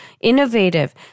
innovative